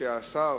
והשר